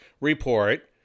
report